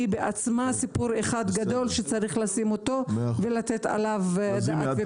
היא בעצמה סיפור אחד גדול שצריך לתת עליו לו פתרונות.